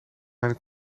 mijn